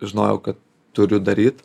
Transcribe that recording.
žinojau kad turiu daryti